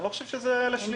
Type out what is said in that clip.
אני לא חושב שזה לשלילה.